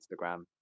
Instagram